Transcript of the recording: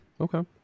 Okay